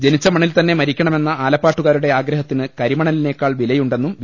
ജനിച്ച മണ്ണിൽത്തന്നെ മരിക്കണമെന്ന ആലപ്പാട്ടുകാരുടെ ആഗ്രഹത്തിന് കരിമണലിനേക്കാൾ വിലയു ണ്ടെന്നും വി